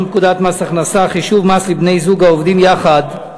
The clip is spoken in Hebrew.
פקודת מס הכנסה (חישוב מס לבני-זוג העובדים יחד),